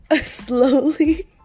slowly